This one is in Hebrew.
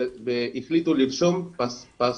הם החליטו לרשום פסים,